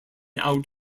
out